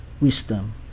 wisdom